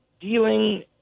dealing